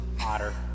Otter